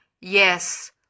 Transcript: Yes